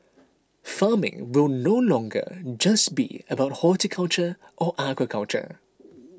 farming will no longer just be about horticulture or aquaculture